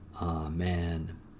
Amen